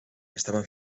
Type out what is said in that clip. estaban